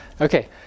Okay